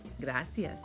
Gracias